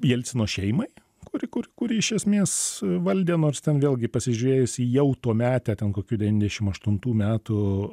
jelcino šeimai kuri kur kuri iš esmės valdė nors ten vėlgi pasižiūrėjus į jau tuometę ten kokių devyndešim aštuntų metų